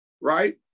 right